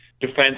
defense